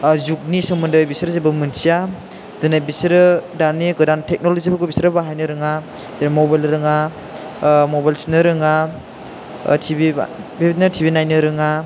जुगनि सोमोन्दै बिसोर जेबो मिथिया दोनै बिसोरो दानि गोदान थेकन'ल'जिफोरखौ बिसोरो बाहायनो रोङा मबाइल रोङा मबाइल थुनो रोङा टिभि बिदिनो टिभि नायनो रोङा